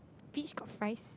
beach got fries